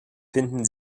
finden